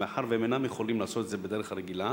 ומאחר שהם אינם יכולים לעשות את זה בדרך הרגילה